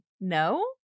No